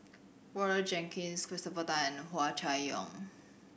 Roger Jenkins Christopher Tan and Hua Chai Yong